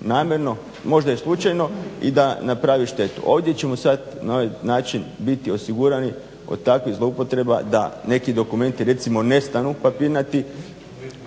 namjerno, možda i slučajno, i da napravi štetu. Ovdje ćemo sad na ovaj način biti osigurani od takvih zloupotreba da neki dokumenti recimo nestanu papirnati,